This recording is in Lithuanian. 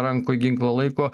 rankoj ginklą laiko